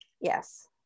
Yes